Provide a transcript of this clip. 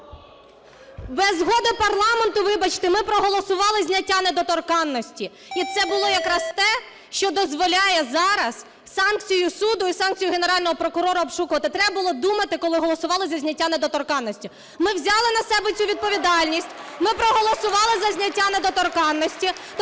Без згоди парламенту. Вибачте, ми проголосували зняття недоторканності. І це було якраз те, що дозволяє зараз санкцію суду і санкцію Генерального прокурора обшукувати. Треба було думати, коли голосували за зняття недоторканності. Ми взяли на себе цю відповідальність, ми проголосували за зняття недоторканності,